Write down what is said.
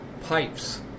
Pipes